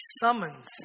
summons